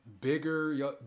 bigger